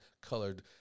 colored